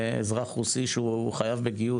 אזרח רוסי שהוא חייב בגיוס,